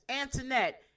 Antoinette